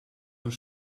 een